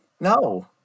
no